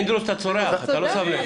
פינדרוס, אתה צורח, אתה לא שם לב.